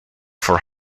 for